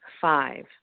five